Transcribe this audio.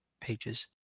pages